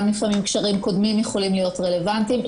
לפעמים קשרים קודמים יכולים להיות רלוונטיים.